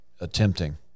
Attempting